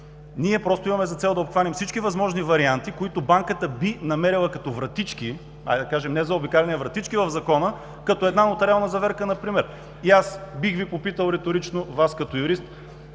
имаме за цел да обхванем всички възможни варианти, които банката би намерила като вратички – да кажем „не заобикаляне“, а вратички в закона, като една нотариална заверка например. Бих Ви попитал риторично Вас, като юрист: